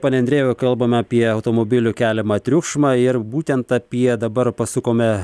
pone andriejau kalbame apie automobilių keliamą triukšmą ir būtent apie dabar pasukome